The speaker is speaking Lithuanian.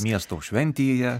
miesto šventėje